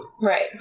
Right